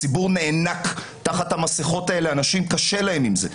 הציבור נאנק תחת המסכות האלה, לאנשים קשה עם זה.